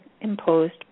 imposed